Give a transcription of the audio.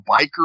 biker